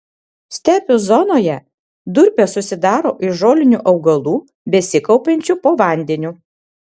stepių zonoje durpės susidaro iš žolinių augalų besikaupiančių po vandeniu